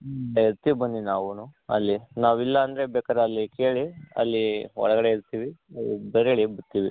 ಇರ್ತೀವಿ ಬನ್ನಿ ನಾವುನು ಅಲ್ಲಿ ನಾವಿಲ್ಲಂದರೆ ಬೇಕರೆ ಅಲ್ಲಿ ಕೇಳಿ ಅಲ್ಲಿ ಒಳಗಡೆ ಇರ್ತೀವಿ ಬೇರೆಡೆ ಇರ್ತೀವಿ